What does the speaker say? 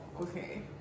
okay